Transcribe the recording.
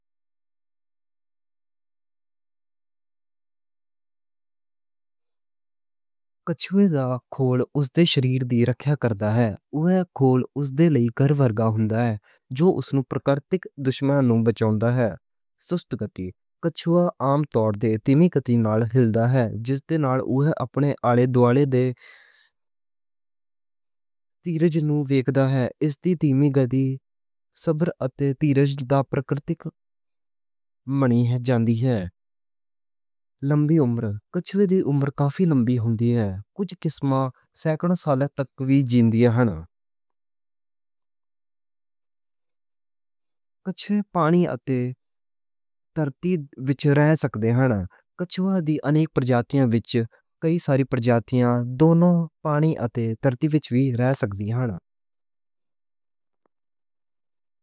کچھوے دا خول اُس دے شریر دی رکھیا کر دا اے۔ اوہ دا خول لوہے ورگا ہوندا اے جو اُس نوں قدرتی دشمنوں بچاندا اے۔ سست گتی عام طور تے دھیمی گتی نال چلدا اے۔ لمبی عمر کچھوے دی عمر کافی لمبی ہوندی اے۔ کجھا کجھ کیسز وِچ سیکڑیاں سالاں تک زندگی جِیندا اے کچھوے پانی اَتے دھرتی تے رہ سکتے۔ کچھوے دیاں انیک پرجاتیاں وِچ کئی ساری پرجاتیاں دونوں پانی اَتے دھرتی وِچ وی رہ سکدیاں۔